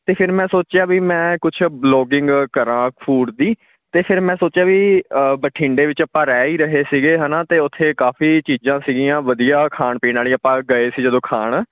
ਤਾਂ ਫਿਰ ਮੈਂ ਸੋਚਿਆ ਵੀ ਮੈਂ ਕੁਛ ਬਲੋਗਿੰਗ ਕਰਾਂ ਫੂਡ ਦੀ ਅਤੇ ਫਿਰ ਮੈਂ ਸੋਚਿਆ ਵੀ ਬਠਿੰਡੇ ਵਿੱਚ ਆਪਾਂ ਰਹਿ ਹੀ ਰਹੇ ਸੀਗੇ ਹੈ ਨਾ ਅਤੇ ਉੱਥੇ ਕਾਫੀ ਚੀਜ਼ਾਂ ਸੀਗੀਆਂ ਵਧੀਆ ਖਾਣ ਪੀਣ ਵਾਲੀ ਆਪਾਂ ਗਏ ਸੀ ਜਦੋਂ ਖਾਣ